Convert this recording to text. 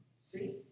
See